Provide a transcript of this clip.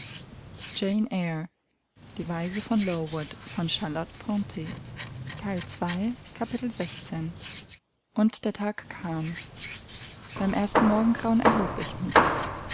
und der tag kam beim ersten morgengrauen erhob ich mich